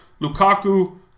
Lukaku